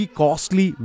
costly